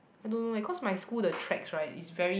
I don't know leh cause my school the tracks right is very